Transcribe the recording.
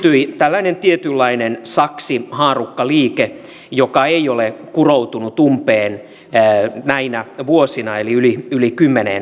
syntyi tällainen tietynlainen saksihaarukka liike joka ei ole kuroutunut umpeen näinä vuosina eli yli kymmeneen vuoteen